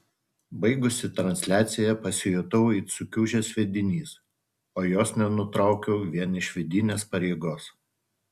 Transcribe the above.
baigusi transliaciją pasijutau it sukiužęs sviedinys o jos nenutraukiau vien iš vidinės pareigos